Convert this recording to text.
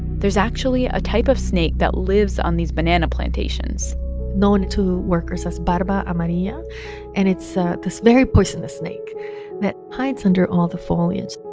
there's actually a type of snake that lives on these banana plantations known to workers as barba amarilla, um ah yeah and it's ah this very poisonous snake that hides under all the foliage.